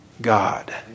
God